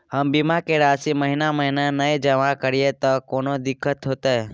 हम बीमा के राशि महीना महीना नय जमा करिए त कोनो दिक्कतों होतय?